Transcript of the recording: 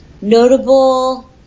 notable